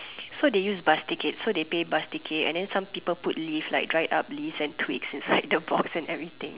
so they use bus tickets so they pay bus ticket then some people put leaf like dried up leaves and twigs inside the box and everything